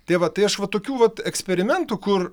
tai va tai aš va tokių vat eksperimentų kur